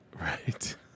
Right